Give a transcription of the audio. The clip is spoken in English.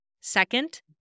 Second